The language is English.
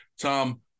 Tom